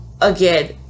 again